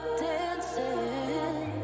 dancing